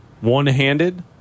one-handed